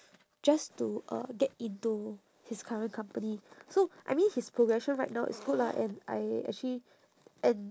just to uh get into his current company so I mean his progression right now is good lah and I actually and